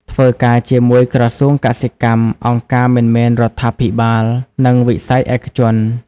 ធ្វើការជាមួយក្រសួងកសិកម្ម អង្គការមិនមែនរដ្ឋាភិបាល និងវិស័យឯកជន។